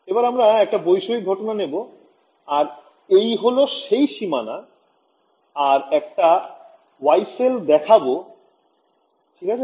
এবার আমরা একটা বৈষয়িক ঘটনা নেব আবার এই হল সেই সীমানা আর একটা Yee cell দেখাব ঠিক আছে